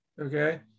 okay